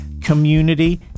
community